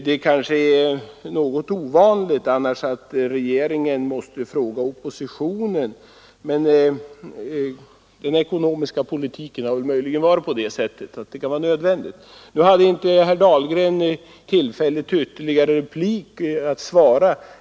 Det är annars ovanligt att regeringen måste fråga oppositionen, men den ekonomiska politiken har väl varit sådan att det är nödvändigt. Nu hade herr Dahlgren inte rätt till ytterligare replik och kunde därför inte svara.